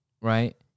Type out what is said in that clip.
right